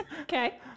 Okay